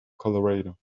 colorado